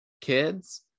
kids